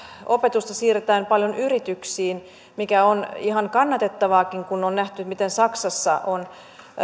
opetusta siirretään paljon yrityksiin mikä on ihan kannatettavaakin kun on nähty miten saksassa on